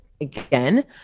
again